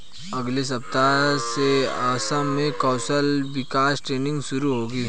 अगले सप्ताह से असम में कौशल विकास ट्रेनिंग शुरू होगी